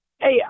Hey